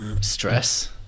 stress